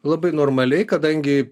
labai normaliai kadangi